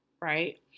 Right